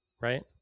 right